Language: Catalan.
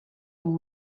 amb